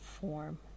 form